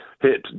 hit